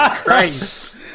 Christ